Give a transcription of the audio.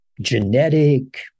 genetic